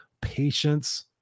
patience